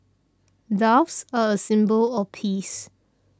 doves are a symbol of peace